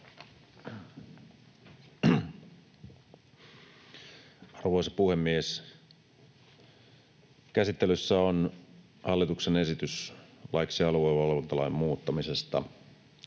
Arvoisa puhemies! Käsittelyssä on hallituksen esitys laiksi aluevalvontalain muuttamisesta.